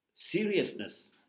Seriousness